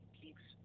keeps